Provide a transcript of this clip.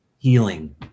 healing